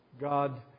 God